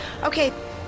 Okay